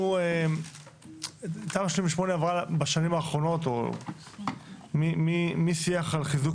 אומר שתמ"א 38 עברה בשנים האחרונות משיח על חיזוק